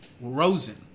Rosen